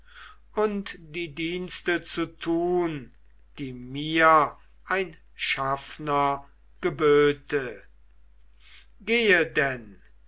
und die dienste zu tun die mir ein schaffner geböte gehe denn